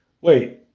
Wait